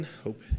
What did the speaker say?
hope